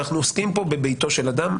אנחנו עוסקים כאן בביתו של אדם,